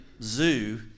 zoo